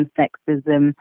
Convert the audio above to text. sexism